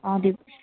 অ'